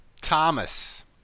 Thomas